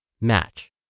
match